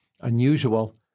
unusual